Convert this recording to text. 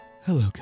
Hello